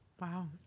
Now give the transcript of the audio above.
Wow